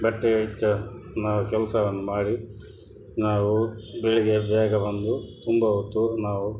ಬಟ್ಟೆಯ ವೆಚ್ಚ ನಾವು ಕೆಲಸವನ್ನು ಮಾಡಿ ನಾವು ಬೆಳಿಗ್ಗೆ ಬೇಗ ಬಂದು ತುಂಬ ಹೊತ್ತು ನಾವು